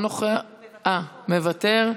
מוותר,